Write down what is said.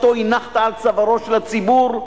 שאותו הנחת על צווארו של הציבור,